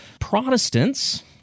Protestants